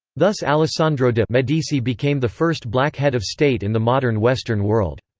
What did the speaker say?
thus alessandro de' medici became the first black head of state in the modern western world.